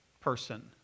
person